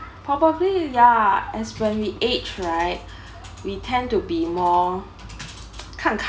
probably ya as when we age right we tend to be more 看看了